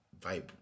vibe